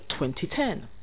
2010